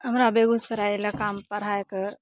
हमरा बेगूसराय ईलाकामे पढ़ाइके